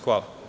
Hvala.